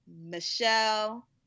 Michelle